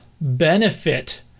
benefit